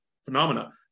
phenomena